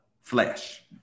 flesh